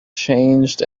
changed